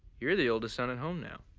you're the oldest son at home now.